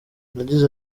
yagize